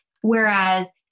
whereas